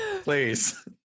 please